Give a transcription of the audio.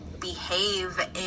behave